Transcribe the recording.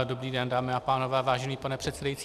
Dobrý den, dámy a pánové, vážený pane předsedající.